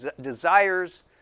Desires